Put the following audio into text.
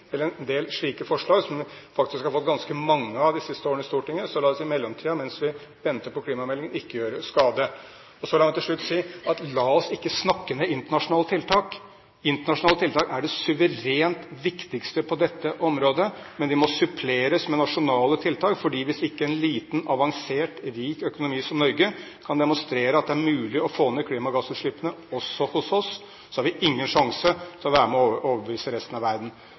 en del slike forslag som vi faktisk har fått ganske mange av i Stortinget de siste årene. Så la oss i mellomtiden, mens vi venter på klimameldingen, ikke gjøre skade. La meg så til slutt si: La oss ikke snakke ned internasjonale tiltak. Internasjonale tiltak er det suverent viktigste på dette området. Men de må suppleres med nasjonale tiltak, for hvis ikke en liten, avansert, rik økonomi som Norge kan demonstrere at det er mulig å få ned klimagassutslippene også hos oss, har vi ingen sjanse til å være med på å overbevise resten av verden.